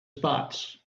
spots